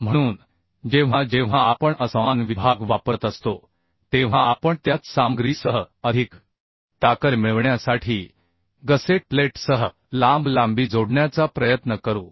म्हणून जेव्हा जेव्हा आपण असमान विभाग वापरत असतो तेव्हा आपण त्याच सामग्रीसह अधिक ताकद मिळविण्यासाठी गसेट प्लेटसह लांब लांबी जोडण्याचा प्रयत्न करू